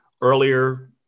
earlier